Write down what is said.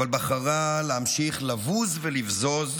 אבל בחרה להמשיך לבוז ולבזוז,